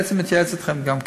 בעצם מתייעץ אתכם גם כן.